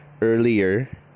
earlier